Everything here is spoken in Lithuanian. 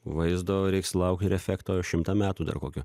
vaizdo reiks laukt ir efekto šimtą metų dar kokio